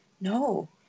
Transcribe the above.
no